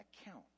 account